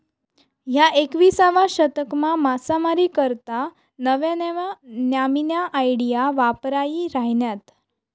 ह्या एकविसावा शतकमा मासामारी करता नव्या नव्या न्यामीन्या आयडिया वापरायी राहिन्यात